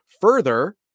Further